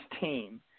team